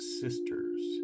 sisters